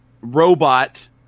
robot